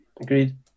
agreed